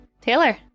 Taylor